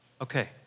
Okay